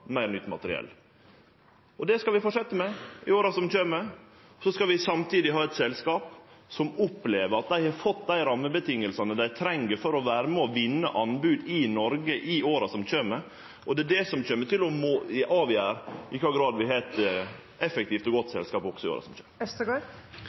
meir nytt materiell. Det skal vi halde fram med i åra som kjem. Samtidig skal vi ha eit selskap som opplever at dei har fått dei rammevilkåra dei treng for å vere med på å vinne anbod i Noreg i åra som kjem. Det er det som kjem til å avgjere i kva grad vi har eit effektivt og godt